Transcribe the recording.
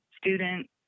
student